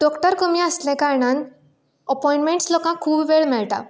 doctor कमी आसल्या कारणान अपाॅयनमेंट्स लोकांक खूब वेळ मेळटा